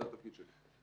זה התפקיד שלי.